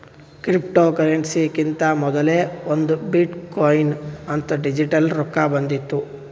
ಕ್ರಿಪ್ಟೋಕರೆನ್ಸಿಕಿಂತಾ ಮೊದಲೇ ಒಂದ್ ಬಿಟ್ ಕೊಯಿನ್ ಅಂತ್ ಡಿಜಿಟಲ್ ರೊಕ್ಕಾ ಬಂದಿತ್ತು